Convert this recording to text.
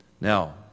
Now